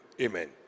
Amen